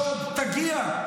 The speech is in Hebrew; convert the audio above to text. שעוד תגיע,